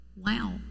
Wow